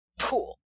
pool